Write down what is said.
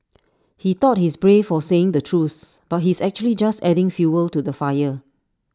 he thought he's brave for saying the truth but he's actually just adding fuel to the fire